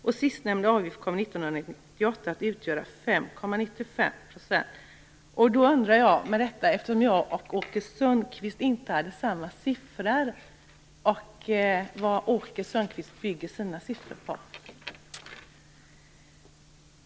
Eftersom jag och Åke Sundqvist inte hade samma siffror på detta undrar jag vad Åke Sundqvist grundar sina siffror på.